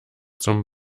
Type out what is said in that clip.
zum